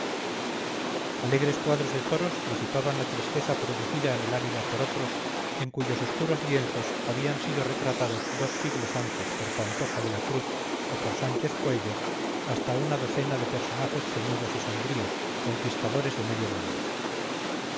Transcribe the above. alegres cuadros de toros disipaban la tristeza producida en el ánimo por otros en cuyos oscuros lienzos habían sido retratados dos siglos antes por pantoja de la cruz o por sánchez coello hasta una docena de personajes ceñudos y sombríos conquistadores de medio mundo